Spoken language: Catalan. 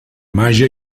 màgia